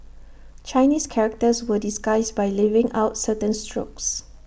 Chinese characters were disguised by leaving out certain strokes